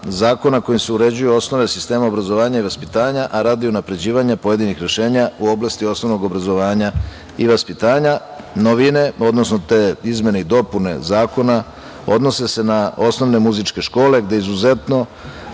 zakona kojim se uređuju osnove sistema obrazovanja i vaspitanja, a radi unapređivanja pojedinih rešenja u oblasti osnovnog obrazovanja i vaspitanja. Novine, odnosno te izmene i dopune zakona odnose se na osnovne muzičke škole gde izuzetno